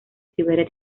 siberia